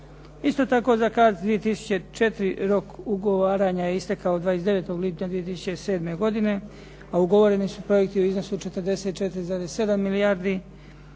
Isto tako za CARDS 2004. rok ugovaranja je istekao 29. lipnja 2007. godine, a ugovoreni su projekti u iznosu od 44,7 milijardi